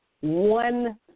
one